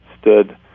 stood